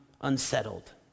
unsettled